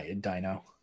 Dino